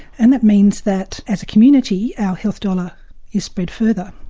and that means that as a community our health dollar is spread further.